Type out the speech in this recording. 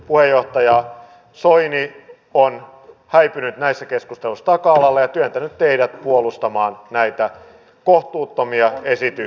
puheenjohtaja soini on häipynyt näissä keskusteluissa taka alalle ja työntänyt teidät puolustamaan näitä kohtuuttomia esityksiä